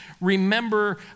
remember